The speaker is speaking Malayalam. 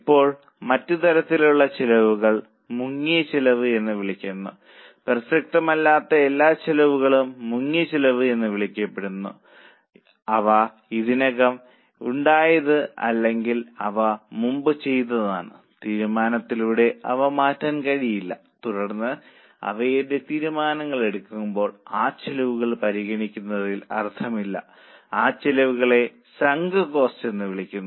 ഇപ്പോൾ മറ്റ് തരത്തിലുള്ള ചിലവുകൾ മുങ്ങിയ ചിലവ് എന്ന് വിളിക്കുന്നു പ്രസക്തമല്ലാത്ത എല്ലാ ചിലവുകളും മുങ്ങിയ ചിലവ് എന്ന് വിളിക്കപ്പെടുന്നു അവ ഇതിനകം ഉണ്ടായതാണ് അല്ലെങ്കിൽ അവ മുമ്പ് ചെയ്തതാണ് തീരുമാനത്തിലൂടെ അവ മാറ്റാൻ കഴിയില്ല തുടർന്ന് അവിടെ തീരുമാനങ്ങൾ എടുക്കുമ്പോൾ ആ ചെലവുകൾ പരിഗണിക്കുന്നതിൽ അർത്ഥമില്ല ആ ചെലവുകളെ സങ്ക് കോസ്റ്റ് എന്ന് വിളിക്കുന്നു